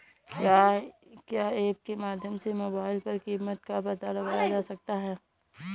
क्या ऐप के माध्यम से मोबाइल पर कीमत का पता लगाया जा सकता है?